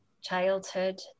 childhood